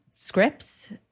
Scripts